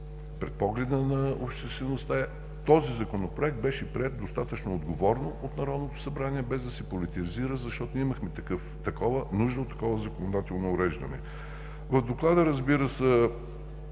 пред погледа на обществеността. Този Законопроект беше приет достатъчно отговорно от Народното събрание без да се политизира, защото ние имахме нужно такова законодателно уреждане. В Доклада, разбира се,